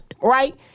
right